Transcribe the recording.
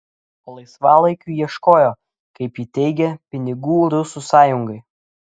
o laisvalaikiu ieškojo kaip ji teigė pinigų rusų sąjungai